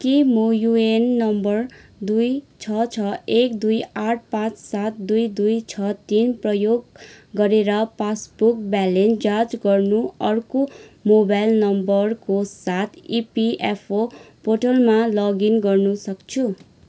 के म UAN number दुई छ छ एक दुई आठ पाँच सात दुई दुई छ तिन प्रयोग गरेर पासबुक ब्यालेन्स जाँच गर्नु अर्को मोबाइल नम्बरको साथ ई पी एफ ओ पोर्टलमा लगइन गर्नु सक्छु